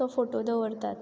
तो फोटो दवरतात